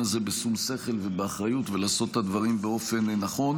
הזה בשום שכל ובאחריות ולעשות את הדברים באופן נכון,